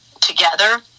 together